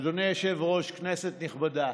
אדוני היושב-ראש, כנסת נכבדה,